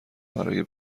برای